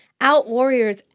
out-warriors